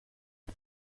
los